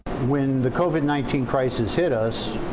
when the covid nineteen crisis hit us,